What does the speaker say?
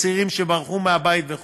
צעירים שברחו מהבית וכו'.